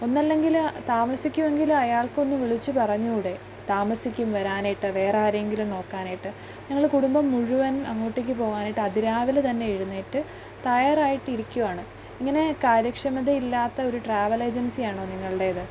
ഒന്നല്ലെങ്കിൽ താമസിക്കുമെങ്കിൽ അയാൾക്ക് ഒന്ന് വിളിച്ച് പറഞ്ഞുകൂടേ താമസിക്കും വരാനായിട്ട് വേറെ ആരെ എങ്കിലും നോക്കാനായിട്ട് ഞങ്ങൾ കുടുമ്പം മുഴുവൻ അങ്ങോട്ടേക്ക് പോകാനായിട്ട് അതിരാവിലെ തന്നെ എഴുന്നേറ്റ് തയ്യാറായിട്ട് ഇരിക്കുവാണ് ഇങ്ങനെ കാര്യക്ഷമതയില്ലാത്ത ഒരു ട്രാവൽ ഏജന്സി ആണോ നിങ്ങളുടേത്